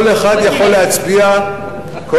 כל אחד יכול להצביע חשאית.